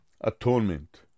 atonement